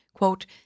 Quote